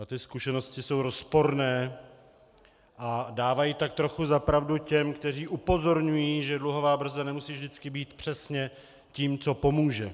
A ty zkušenosti jsou rozporné a dávají tak trochu za pravdu těm, kteří upozorňují, že dluhová brzda nemusí vždycky být přesně tím, co pomůže.